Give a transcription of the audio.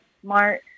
smart